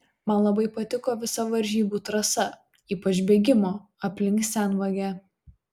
man labai patiko visa varžybų trasa ypač bėgimo aplink senvagę